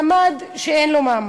מעמד שאין לו מעמד,